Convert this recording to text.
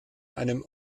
einem